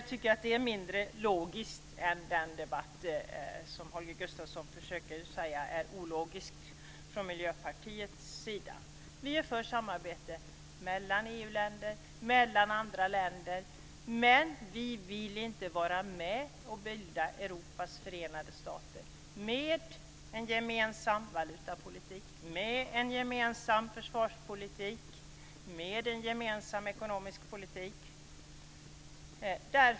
Jag tycker att det är mindre logiskt än den debatt från Miljöpartiets sida som Holger Gustafsson hävdar är ologisk. Vi är för samarbete mellan EU-länder, mellan andra länder. Men vi vill inte vara med och bilda Europas förenade stater, med en gemensam valutapolitik, med en gemensam försvarspolitik, med en gemensam ekonomisk politik.